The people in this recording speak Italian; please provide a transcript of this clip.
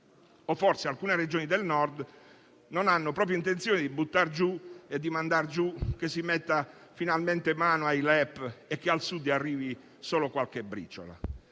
o forse alcune Regioni del Nord non hanno proprio intenzione di mandar giù il fatto che si metta finalmente mano ai LEP e che al Sud arrivi solo qualche briciola.